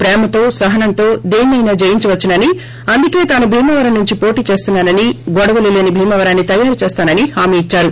ప్రేమతో సహనంతో దేన్స్ యినా జయించవచ్చునని అందుకే తాను భీమవరం నుంచి పోటీ చేస్తున్నానని గొడవలు లేని భీమవరాన్ని తయారు చేస్తానని హామీ ఇచ్చారు